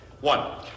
One